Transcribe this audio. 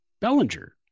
Bellinger